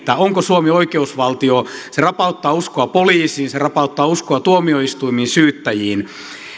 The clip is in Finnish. onko suomi oikeusvaltio se rapauttaa uskoa poliisiin se rapauttaa uskoa tuomioistuimiin syyttäjiin